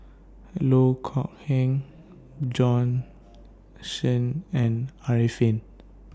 Loh Kok Heng Bjorn Shen and Arifin